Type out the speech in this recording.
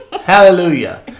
hallelujah